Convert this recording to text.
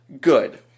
Good